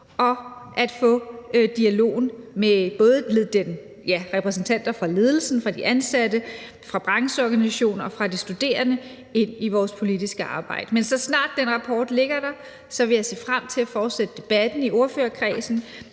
og at få dialogen både med repræsentanter for ledelsen, de ansatte, brancheorganisationer og de studerende ind i vores politiske arbejde. Men så snart den rapport ligger der, vil jeg se frem til at fortsætte debatten i ordførerkredsen.